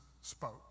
spoke